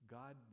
god